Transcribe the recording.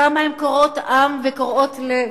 כמה הן קורעות עם וקורעות לב.